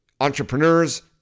entrepreneurs